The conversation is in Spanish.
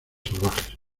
salvajes